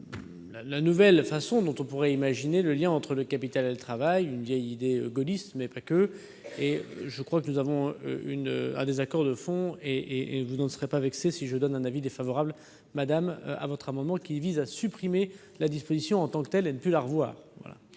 la nouvelle manière dont on pourrait imaginer le lien entre le capital et le travail, une vieille idée gaulliste mais pas seulement. Nous avons un désaccord de fond et vous ne serez pas vexée si je donne un avis défavorable à votre amendement, qui vise à supprimer la disposition en tant que telle pour ne plus jamais la revoir.